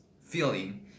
feeling